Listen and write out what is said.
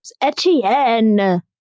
Etienne